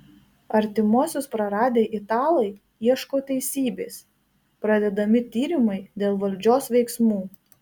artimuosius praradę italai ieško teisybės pradedami tyrimai dėl valdžios veiksmų